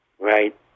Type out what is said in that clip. Right